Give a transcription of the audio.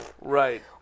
right